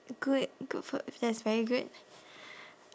good good food if there is very good